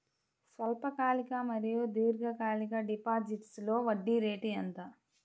స్వల్పకాలిక మరియు దీర్ఘకాలిక డిపోజిట్స్లో వడ్డీ రేటు ఎంత?